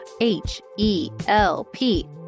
H-E-L-P